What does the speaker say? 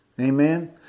Amen